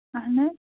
اَہَن حظ